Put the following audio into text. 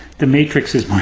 the matrix is more